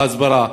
ההסברה,